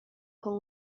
com